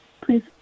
Please